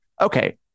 Okay